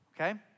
Okay